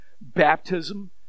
Baptism